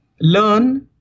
learn